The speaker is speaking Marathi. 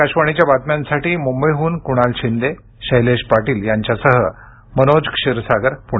आकाशवाणीच्या बातम्यांसाठी मुंबईहून कुणाल शिंदे शैलेश पाटील यांच्यासह मनोज क्षीरसागर पुणे